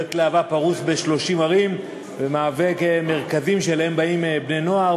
פרויקט להב"ה פרוס ב-30 ערים ומהווה מרכזים שאליהם באים בני-נוער,